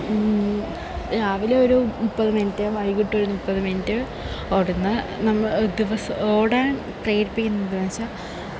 രാവിലെ ഒരു മുപ്പത് മിനിറ്റ് വൈകീട്ടൊരു മുപ്പത് മിനിറ്റ് ഓടുന്നത് നാം ദിവസം ഓടാന് പ്രേരിപ്പിക്കുന്നതെന്തെന്നു വെച്ചാൽ